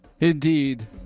Indeed